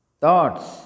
thoughts